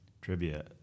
trivia